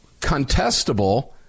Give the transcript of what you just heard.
Contestable